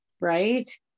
right